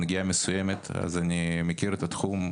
כך שאני מכיר את התחום.